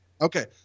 Okay